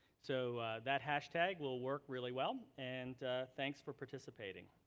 so that hashtag will work really well. and thanks for participating.